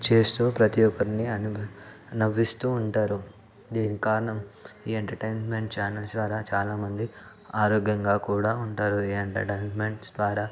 చేస్తూ ప్రతీ ఒక్కరిని అనుభ నవ్విస్తూ ఉంటారు దీని కారణం ఈ ఎంటర్టైన్మెంట్ ఛానల్స్ అలా చాలా మంది ఆరోగ్యంగా కూడా ఉంటారు ఈ ఎంటర్టైన్మెంట్స్ ద్వారా